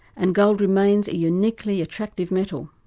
and gold remains a uniquely attractive metal,